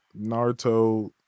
naruto